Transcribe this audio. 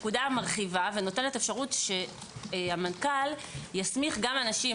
הפקודה מרחיבה ונותנת אפשרות שהמנכ"ל יסמיך גם אנשים